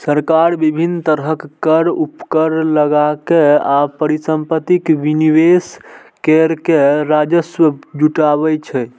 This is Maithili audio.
सरकार विभिन्न तरहक कर, उपकर लगाके आ परिसंपत्तिक विनिवेश कैर के राजस्व जुटाबै छै